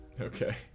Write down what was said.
Okay